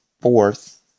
fourth